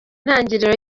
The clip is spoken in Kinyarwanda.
intangiriro